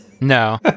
No